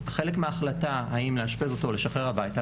חלק מההחלטה האם לאשפז אותו או לשחרר הביתה,